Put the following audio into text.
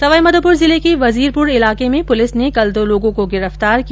सवाईमाधोपुर जिले के वजीरपुर इलाके में पुलिस ने कल दो लोगों को गिरफ्तार किया